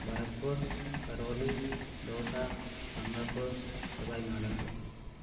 Bharatpur Karauli Dausa Gangapur Sawai Madhopur